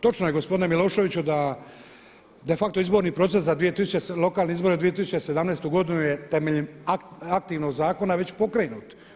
Točno je gospodine Miloševiću da de facto izborni proces za lokalne izbore 2017. godinu je temeljem aktivnog zakona već pokrenut.